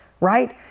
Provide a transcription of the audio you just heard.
right